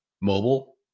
mobile